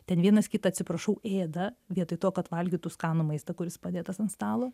ten vienas kitą atsiprašau ėda vietoj to kad valgytų skanų maistą kuris padėtas ant stalo